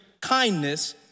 kindness